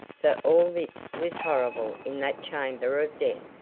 for all this was horrible in that chamber of death.